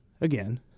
Again